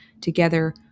together